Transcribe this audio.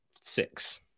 six